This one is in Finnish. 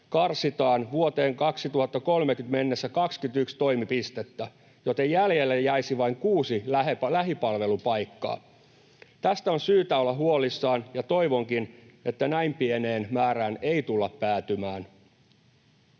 karsitaan vuoteen 2030 mennessä 21 toimipistettä, joten jäljelle jäisi vain kuusi lähipalvelupaikkaa. Tästä on syytä olla huolissaan, ja toivonkin, että näin pieneen määrään ei tulla päätymään.